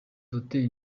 hotel